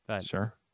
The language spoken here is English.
Sure